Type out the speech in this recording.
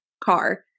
car